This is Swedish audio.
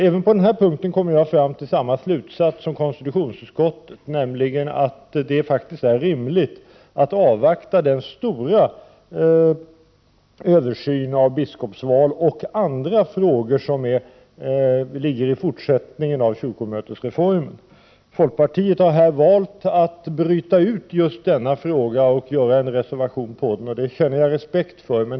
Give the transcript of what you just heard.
Även på denna punkt har jag kommit till samma slutsats som konstitutionsutskottet, nämligen att det faktiskt är rimligt att avvakta den stora översyn av biskopsval och andra frågor som görs med anledning av kyrkomötesreformen. Folkpartiet har här valt att bryta ut just denna fråga och har reserverat sig. Det känner jag respekt för.